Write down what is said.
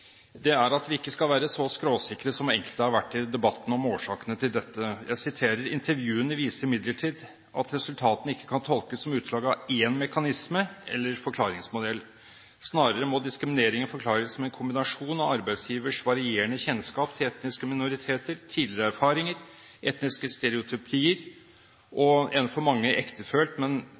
at vi ikke skal være så skråsikre som enkelte har vært i debatten, om årsakene til dette. Jeg siterer: «Intervjuene viser imidlertid at resultatene ikke kan tolkes som utslag av én mekanisme eller forklaringsmodell. Snarere må diskrimineringen forklares med en kombinasjon av arbeidsgiveres varierende kjennskap til etniske minoriteter, tidligere erfaringer, etniske stereotypier, og en for mange ektefølt